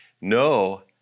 No